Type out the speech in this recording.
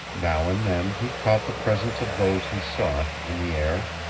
now and then he caught the presence of those he sought, in the air,